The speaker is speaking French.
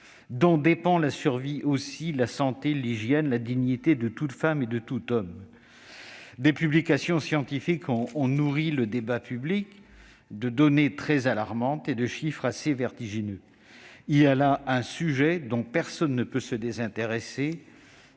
dont dépendent la survie, mais aussi la santé, l'hygiène et la dignité de toute femme et de tout homme. Des publications scientifiques ont nourri le débat public de données alarmantes et de chiffres vertigineux. Il y a là un sujet dont personne ne peut se désintéresser,